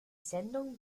sendung